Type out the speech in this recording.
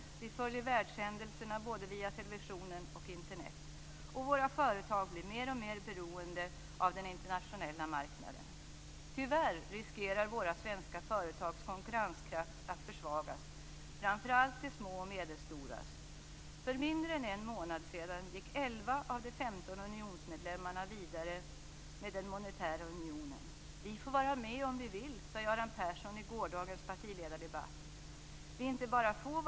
Vi följer världshändelserna både via televisionen och Internet, och våra företag blir mer och mer beroende av den internationella marknaden. Tyvärr riskerar våra svenska företags konkurrenskraft att försvagas, framför allt de små och medelstoras. För mindre än en månad sedan gick 11 av de 15 unionsmedlemmarna vidare med den monetära unionen. Göran Persson sade i gårdagens partiledardebatt att vi får vara med om vi vill.